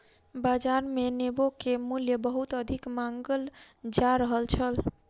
बाजार मे नेबो के मूल्य बहुत अधिक मांगल जा रहल छल